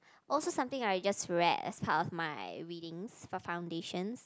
also something like just rare as part of my readings for foundations